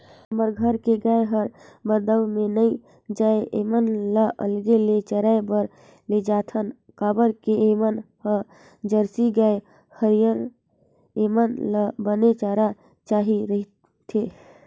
हमर घर के गाय हर बरदउर में नइ जाये ऐमन ल अलगे ले चराए बर लेजाथन काबर के ऐमन ह जरसी गाय हरय ऐेमन ल बने चारा चाही रहिथे